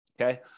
Okay